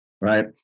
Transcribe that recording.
Right